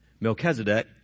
Melchizedek